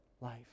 life